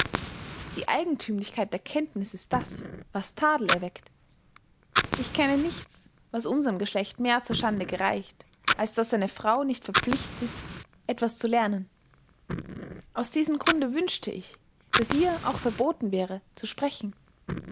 die eigenthümlichkeit der kenntniß ist das was tadel erweckt ich kenne nichts was unserm geschlecht mehr zur schande gereicht als daß eine frau nicht verpflichtet ist etwas zu lernen aus diesem grunde wünschte ich daß ihr auch verboten wäre zu sprechen